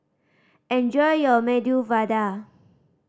enjoy your Medu Vada